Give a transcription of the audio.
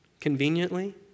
conveniently